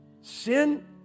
sin